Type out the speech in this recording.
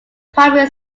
primary